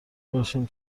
باشیم